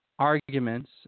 arguments